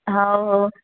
ହଉ ହଉ